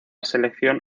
selección